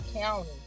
county